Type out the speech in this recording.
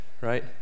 right